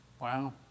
Wow